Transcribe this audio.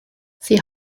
sie